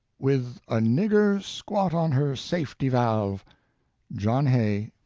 with a nigger squat on her safety-valve john hay,